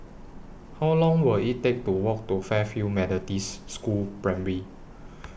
How Long Will IT Take to Walk to Fairfield Methodists School Primary